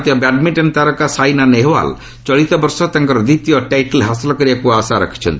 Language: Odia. ଭାରତୀୟ ବ୍ୟାଡମିଷ୍ଟନ ତାରକା ସାଇନା ନେହୱାଲ ଚଳିତବର୍ଷ ତାଙ୍କର ଦ୍ୱିତୀୟ ଟାଇଟଲ୍ ହାସଲ କରିବାକୁ ଆଶା ରଖିଛନ୍ତି